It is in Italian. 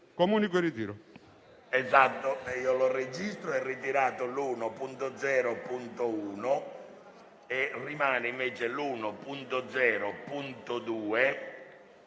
Comunico il ritiro